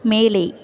மேலே